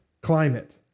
climate